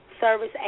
service